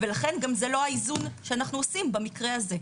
ולכן זה גם לא האיזון שאנחנו עושים במקרה הזה.